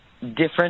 different